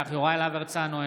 נגד יוראי להב הרצנו,